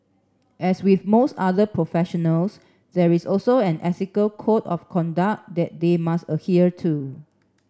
as with most other professionals there is also an ethical code of conduct that they must adhere to